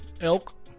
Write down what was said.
elk